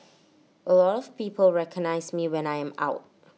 A lot of people recognise me when I am out